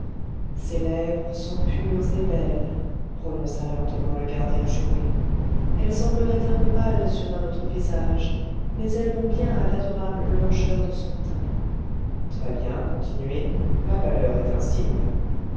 ses lèvres sont pures et belles prononça lentement le gardien juré elles sembleraient un peu pâle sur un autre visage mais elle vont bien à l'adorable blancheur de son teint très bien continuez la pâleur est un signe